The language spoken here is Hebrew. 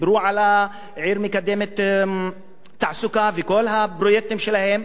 דיברו על עיר מקדמת תעסוקה וכל הפרויקטים שלהם,